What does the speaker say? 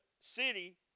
city